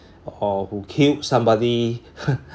or who kill somebody